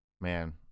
Man